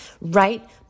right